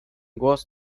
głos